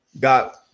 got